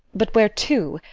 but where to?